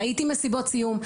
ראיתי מסיבות סיום,